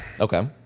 Okay